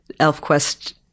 ElfQuest